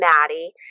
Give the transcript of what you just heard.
Maddie